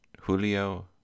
Julio